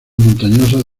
montañosas